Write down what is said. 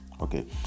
Okay